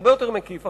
הרבה יותר מקיף,